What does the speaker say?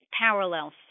parallel